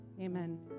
Amen